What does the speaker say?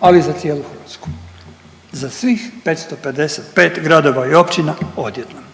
ali i za cijelu Hrvatsku, za svih 55 gradova i općina odjednom.